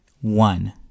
One